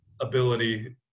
ability